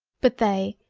but they,